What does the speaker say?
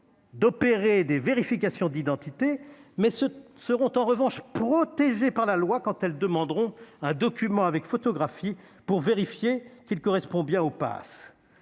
d'effectuer des vérifications d'identité, mais seront en revanche protégées par la loi quand elles demanderont un document avec photographie pour vérifier qu'il correspond bien au passe.